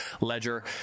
ledger